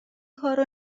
کارو